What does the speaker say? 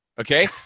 okay